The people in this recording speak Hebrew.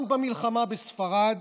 גם במלחמה בספרד